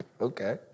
Okay